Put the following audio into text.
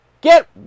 Get